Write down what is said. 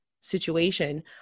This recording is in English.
situation